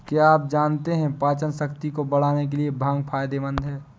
क्या आप जानते है पाचनशक्ति को बढ़ाने के लिए भांग फायदेमंद है?